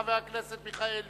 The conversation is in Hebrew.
חבר הכנסת אברהם מיכאלי.